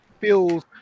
feels